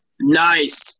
Nice